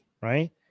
right